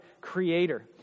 creator